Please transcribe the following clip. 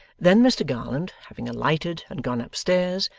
then mr garland having alighted and gone up-stairs,